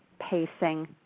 pacing